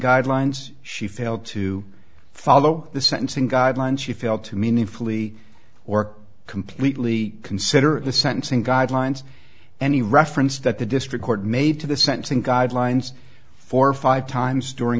guidelines she failed to follow the sentencing guidelines she failed to meaningfully or completely consider the sentencing guidelines any reference that the district court made to the sentencing guidelines four or five times during